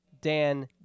Dan